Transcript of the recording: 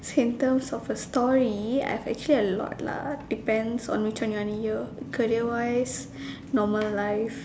symptoms of a story I have actually a lot lah depends on which one you wanna hear career wise normal life